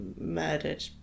murdered